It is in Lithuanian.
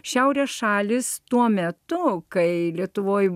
šiaurės šalys tuo metu kai lietuvoje